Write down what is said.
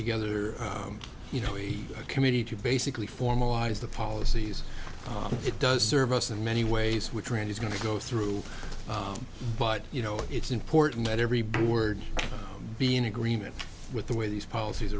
together you know a committee to basically formalize the policies it does serve us in many ways which rand is going to go through but you know it's important that every word be in agreement with the way these policies